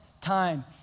time